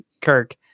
Kirk